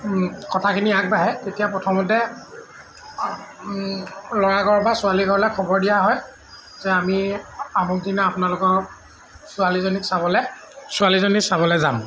কথাখিনি আগবাঢ়ে তেতিয়া প্ৰথমতে ল'ৰাঘৰৰ পৰা ছোৱালীঘৰলৈ খবৰ দিয়া হয় যে আমি আমুক দিনা আপোনালোকৰ ছোৱালীজনীক চাবলৈ ছোৱালীজনী চাবলৈ যাম